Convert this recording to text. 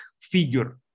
figure